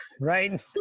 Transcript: Right